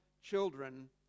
children